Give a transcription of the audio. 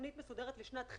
רק שיוסיפו לו את תשעת הימים,